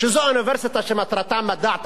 שזו אוניברסיטה שמטרתה מדע טהור?